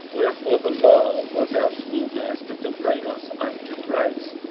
wherefore the law was our schoolmaster to bring us unto christ,